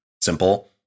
simple